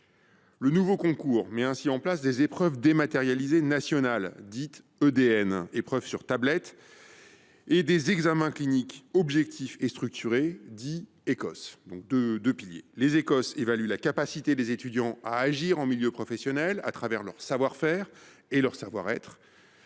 Le nouveau concours met ainsi en place des épreuves dématérialisées nationales, dites EDN, réalisées sur tablette, et des examens cliniques objectifs structurés, dits Ecos. Les Ecos évaluent la capacité des étudiants à agir en milieu professionnel à travers leur savoir faire et leur savoir être,